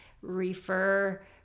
refer